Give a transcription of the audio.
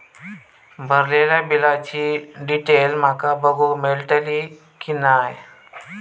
भरलेल्या बिलाची डिटेल माका बघूक मेलटली की नाय?